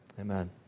Amen